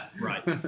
Right